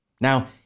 Now